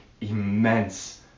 immense